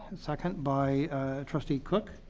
second by trustee cook.